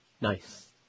Nice